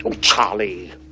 Charlie